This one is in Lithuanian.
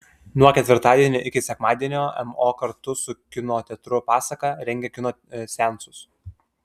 nuo ketvirtadienio iki sekmadienio mo kartu su kino teatru pasaka rengia kino seansus